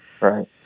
Right